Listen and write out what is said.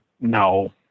No